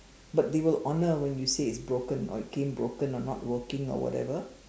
but they will honor when you say it's broken or became broken or not working or whatever